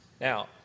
Now